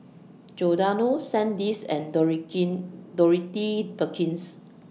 Giordano Sandisk and Doroky Dorothy Perkins